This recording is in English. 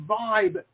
vibe